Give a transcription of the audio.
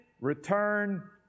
return